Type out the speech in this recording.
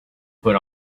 put